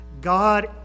God